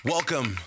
Welcome